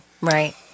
Right